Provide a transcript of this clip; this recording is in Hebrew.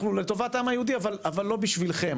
אנחנו לטובת העם היהודי אבל לא בשבילכם.